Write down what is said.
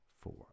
four